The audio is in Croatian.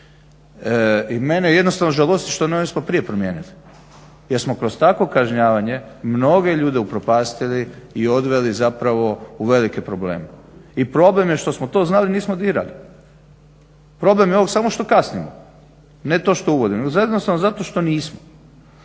I mene jednostavno žalosti što nismo prije promijenili jer smo kroz takvo kažnjavanje mnoge ljude upropastili i odveli u velike probleme. I problem je što smo to znali, nismo dirali. Problem je ovog samo što kasnimo, ne to što uvodimo nego jednostavno zato što nismo.